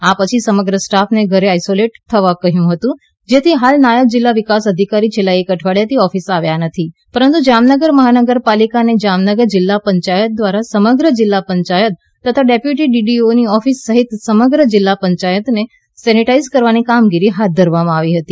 આ પછી સમગ્ર સ્ટાફને ઘરે આઇસોલેટેડ થવા કહ્યું હતું જેથી હાલ નાયબ જિલ્લા વિકાસ અધિકારી છેલ્લા એક અઠવાડીયાથી ઓફિસે આવ્યાં નથી પરંત્ જામનગર મહાનગરપાલિકા અને જામનગર જિલ્લા પંચાયત દ્વારા સમગ્ર જિલ્લા પંચાયત તથા ડેપ્યુટી ડીડીઓની ઓફિસ સહિત સમગ્ર જિલ્લા પંચાયતને સેનેટાઈઝ કરવાની કામગીરી હાથ ધરવામાં આવી હતી